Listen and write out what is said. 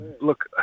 Look